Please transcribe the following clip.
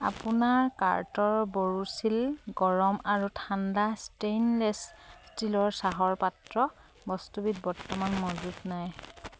আপোনাৰ কাৰ্টৰ বৰোচিল গৰম আৰু ঠাণ্ডা ষ্টেইনলেছ ষ্টীলৰ চাহৰ পাত্ৰ বস্তুবিধ বৰ্তমান মজুত নাই